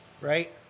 right